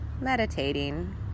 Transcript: meditating